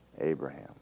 Abraham